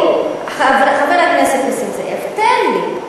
חבר הכנסת נסים זאב, תן לי,